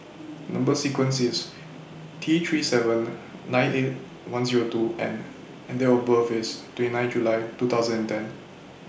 Number sequence IS T three seven nine eight one Zero two N and Date of birth IS twenty nine July two thousand and ten